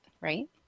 right